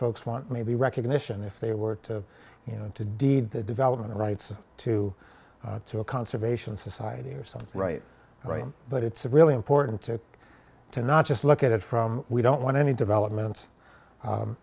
folks want maybe recognition if they were to you know to deed the development rights to a conservation society or something right right but it's really important to not just look at it from we don't want any developments